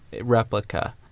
replica